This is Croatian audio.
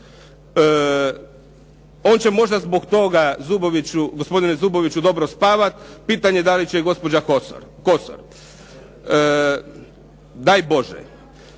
On će možda zbog toga Zuboviću, gospodine Zuboviću dobro spavati. Pitanje je da li će i gospođa Kosor. Daj Bože?